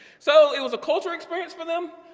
so it was a culture experience for them.